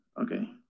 okay